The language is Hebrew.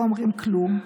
לא אומרים כלום.